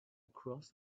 across